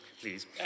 please